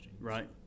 Right